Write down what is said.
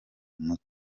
umuti